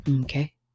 Okay